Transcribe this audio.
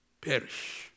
perish